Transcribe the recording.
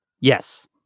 Yes